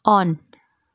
on